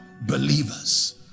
believers